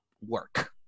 work